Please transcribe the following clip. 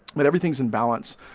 but everything is in balance.